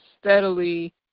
steadily